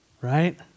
Right